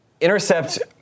intercept